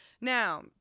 Now